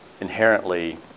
inherently